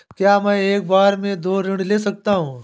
क्या मैं एक बार में दो ऋण ले सकता हूँ?